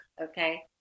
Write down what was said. okay